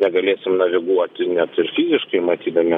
negalėsim naviguoti net ir fiziškai matydami